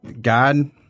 God